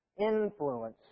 influence